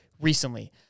recently